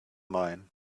mine